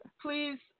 Please